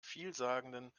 vielsagenden